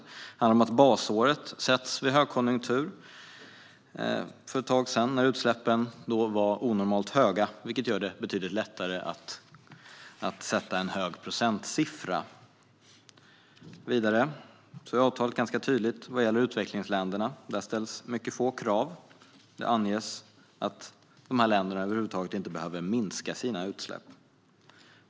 Det handlar ofta om att basåret sätts vid högkonjunkturen för ett tag sedan när utsläppen var onormalt höga, vilket gör det mycket lättare att sätta en hög procentsiffra. Vidare är avtalet ganska tydligt när det gäller utvecklingsländerna. På dem ställs mycket få krav, och det anges att dessa länder över huvud taget inte behöver minska sina utsläpp.